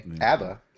ABBA